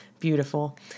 beautiful